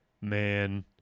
Man